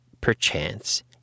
perchance